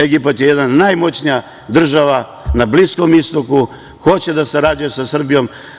Egipat je jedna najmoćnija država na Bliskom istoku, hoće da sarađuje sa Srbijom.